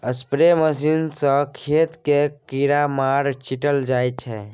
spray machine सँ खेत मे कीरामार छीटल जाइ छै